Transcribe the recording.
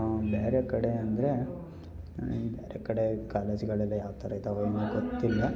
ಬೇರೆ ಕಡೆ ಅಂದರೆ ಬೇರೆ ಕಡೆ ಕಾಲೇಜ್ಗಳೆಲ್ಲ ಯಾವ ಥರ ಇದಾವೋ ಏನೋ ಗೊತ್ತಿಲ್ಲ